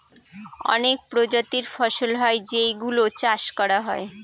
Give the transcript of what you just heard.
অনেক প্রজাতির ফসল হয় যেই গুলো চাষ করা হয়